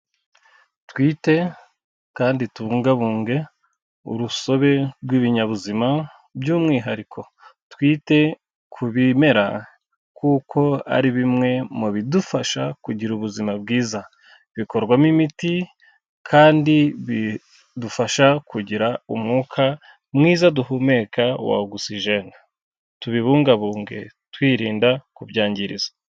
Twite kandi tubungabunge urusobe rw'ibinyabuzima by'umwihariko twite ku bimera kuko ari bimwe mu bidufasha kugira ubuzima bwiza, bikorwamo imiti kandi bidufasha kugira umwuka mwiza duhumeka wa ogisijene. Tubibungabunge twirinda kubyangiza.